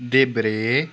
देब्रे